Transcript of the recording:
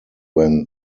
when